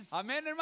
amen